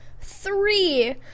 three